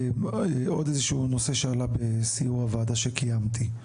עוד איזה שהוא נושא שעלה בסיור הוועדה שקיימתי.